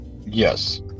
Yes